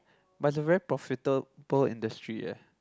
but it's a very profitable industry eh